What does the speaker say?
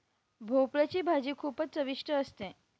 भोपळयाची भाजी खूपच चविष्ट असते